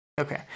Okay